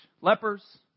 Lepers